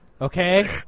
Okay